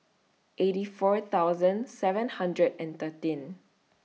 eighty four thousand seven hundred and thirteen